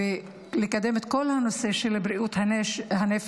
ולקדם את כל הנושא של בריאות הנפש.